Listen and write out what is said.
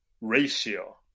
ratio